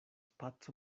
paco